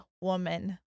woman